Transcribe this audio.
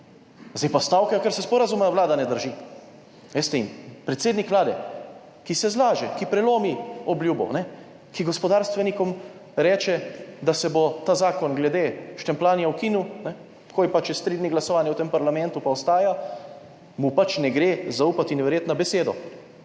zdaj pa stavkajo, ker se sporazuma Vlada ne drži. Veste, in predsednik Vlade, ki se zlaže, ki prelomi obljubo, ki gospodarstvenikom reče, da se bo ta zakon glede štempljanja ukinil, tako je pa čez tri dni glasovanje v tem parlamentu pa ostaja, mu pač ne gre zaupati in verjeti na besedo.